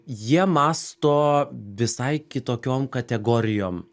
jie mąsto visai kitokiom kategorijom